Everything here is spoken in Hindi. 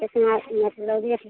इतना मतलब यह कि